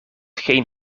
geen